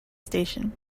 station